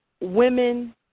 women